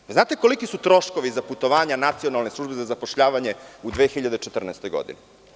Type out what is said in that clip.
Da li znate koliki su troškovi za putovanja Nacionalne službe za zapošljavanje u 2014. godini?